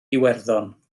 iwerddon